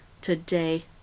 Today